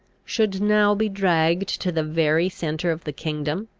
should now be dragged to the very centre of the kingdom,